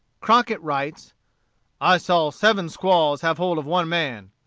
crockett writes i saw seven squaws have hold of one man.